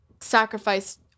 sacrifice